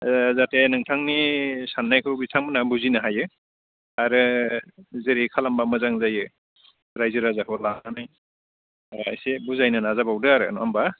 जाहाथे नोंथांनि साननायखौ बिथांमोना बुजिनो हायो आरो जेरै खालामोबा मोजां जायो रायजो राजाखौ लानानै आरो एसे बुजायनो नाजाबावदो आरो नङा होनबा